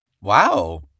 Wow